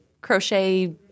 Crochet